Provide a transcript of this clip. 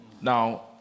Now